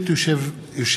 אין